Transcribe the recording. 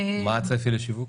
מה הצפי לשיווק?